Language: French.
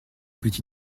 petit